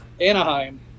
anaheim